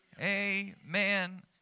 amen